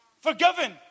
Forgiven